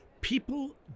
people